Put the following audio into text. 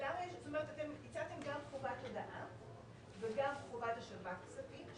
אתם הצעתם גם חובת הודעה וגם חובת השבת כספים,